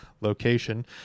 location